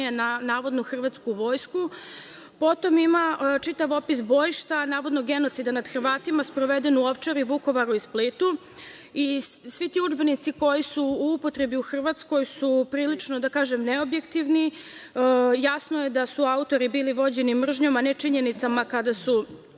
na navodno hrvatsku vojsku. Potom ima čitav opis bojišta, navodno genocida nad Hrvatima sprovedenog u Ovčaru, Vukovaru i Splitu. Svi ti udžbenici koji su u upotrebi u Hrvatskoj su prilično, da kažem, neobjektivni, jasno je da su autori bili vođeni mržnjom, a ne činjenicama kada su